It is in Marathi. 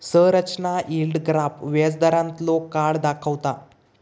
संरचना यील्ड ग्राफ व्याजदारांतलो काळ दाखवता